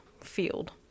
field